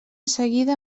seguida